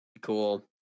Cool